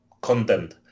content